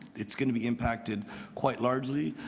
it's going to be impacted quite largely,